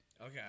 Okay